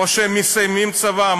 או שהם מסיימים צבא,